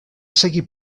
seguir